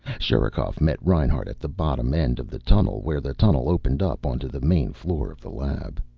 sherikov met reinhart at the bottom end of the tunnel, where the tunnel opened up onto the main floor of the lab.